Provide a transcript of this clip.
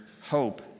hope